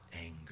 anger